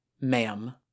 Ma'am